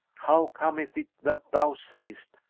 how cometh it that thou sayest,